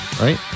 right